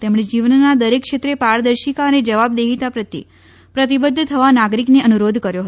તેમણે જીવનના દરેક ક્ષેત્રે પારદર્શિકા અને જવાબદેહીતા પ્રત્યે પ્રતિબધ્ધ થવા નાગરિકને અનુરોધ કર્યો હતો